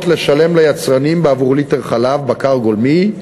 לשלם ליצרנים בעבור ליטר חלב בקר גולמי,